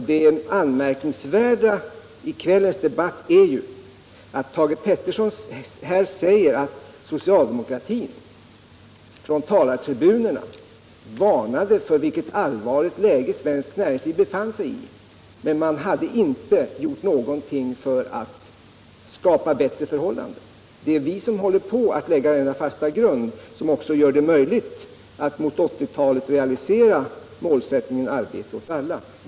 Det anmärkningsvärda i kvällens debatt är ju Thage Peterson säger att socialdemokraterna från talartribunerna varnade för vilket allvarligt läge svenskt näringsliv befann sig i. Men man hade inte gjort någonting för att skapa bättre förhållanden. Det är vi som håller på att lägga den fasta grund som också gör det möjligt att framemot 1980-talet realisera målsättningen arbete åt alla.